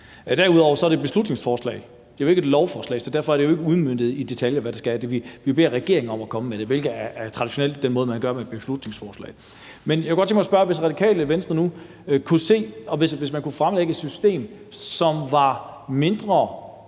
Derudover er det et beslutningsforslag; det er jo ikke et lovforslag. Så derfor er det jo ikke udmøntet i detaljer, hvad det skal, og vi beder regeringen om at komme med det, hvilket traditionelt er den måde, man gør det på med beslutningsforslag. Men jeg kunne godt tænke mig at spørge, om Radikale Venstre, hvis man nu kunne fremlægge et system, som var mindre